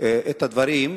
את הדברים,